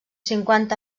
cinquanta